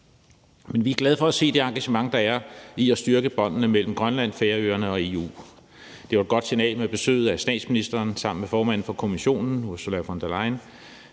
Men vi er glade for se det engagement, der er i forhold til at styrke båndene mellem Grønland, Færøerne og EU. Det var et godt signal med besøget af statsministeren sammen med formanden for Kommissionen, Ursula von der Leyen,